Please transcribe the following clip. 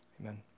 Amen